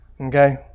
Okay